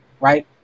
right